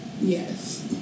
yes